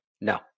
No